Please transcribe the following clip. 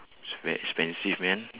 so expensive [man]